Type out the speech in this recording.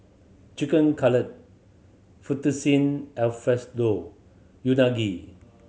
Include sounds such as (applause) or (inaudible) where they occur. Chicken (unintelligible) Footccine (unintelligible) Unagi